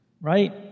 right